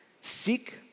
seek